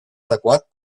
adequat